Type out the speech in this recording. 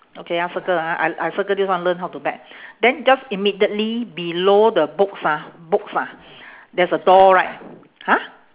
okay ah circle ah I I circle this one learn how to bet then just immediately below the books ah books ah there's a door right !huh!